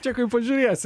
čia kaip pažiūrėsi